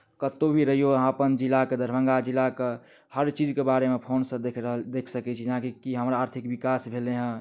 कतहु भी रहिऔ अहाँ अपन जिलाके दरभंगा जिलाके हर चीजके बारेमे फोनसँ देख रहल देख सकै छियै जेनाकि की हमर आर्थिक विकास भेलै हेँ